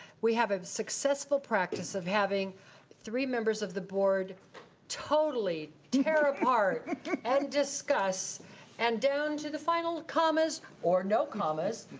we have a successful practice of having three members of the board totally tear apart and discuss and down to the final commas or no commas